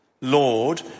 Lord